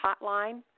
hotline